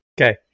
Okay